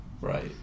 Right